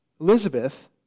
Elizabeth